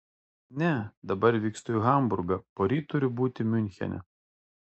ne dabar vykstu į hamburgą poryt turiu būti miunchene